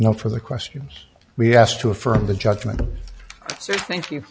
now for the questions we asked to affirm the judgment thank you